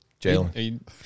Jalen